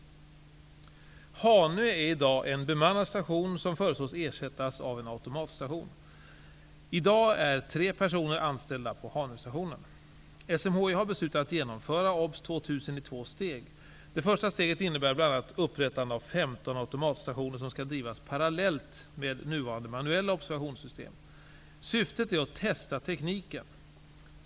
Hanö är i dag en bemannad station som föreslås ersättas av en automatstation. I dag är tre personer anställda på Hanö-stationen. SMHI har beslutat att genomföra OBS 2000 i två steg. Det första steget innebär bl.a. upprättande av 15 automatstationer som skall drivas parallellt med nuvarande manuella observationssystem. Syftet är att testa tekniken.